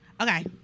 Okay